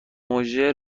مژر